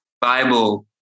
Bible